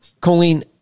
Colleen